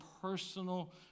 personal